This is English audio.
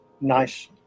nice